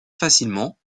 facilement